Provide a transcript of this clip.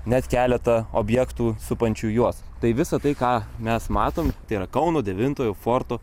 net keletą objektų supančių juos tai visa tai ką mes matome tėra kauno devintojo forto